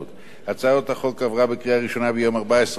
הצעת החוק עברה בקריאה ראשונה ביום 14 במאי השנה,